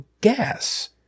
gas